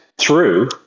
true